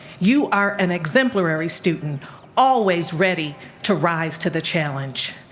you are an exemplary student, always ready to rise to the challenge.